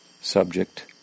subject